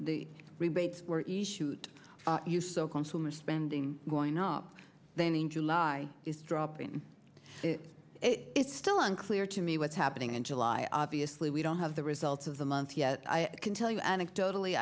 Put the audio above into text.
the rebates were issued for you so consumer spending going up then in july is dropping it's still unclear to me what's happening in july obviously we don't have the results of the month yet i can tell you anecdotally